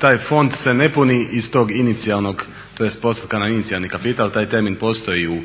taj fond se ne puni iz tog inicijalnog tj. postotka na inicijalni kapital. Taj temelj ne postoji